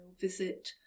visit